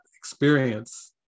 experience